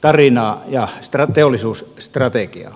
tarinaa ja teollisuusstrategiaa